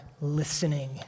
listening